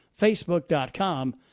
facebook.com